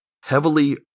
heavily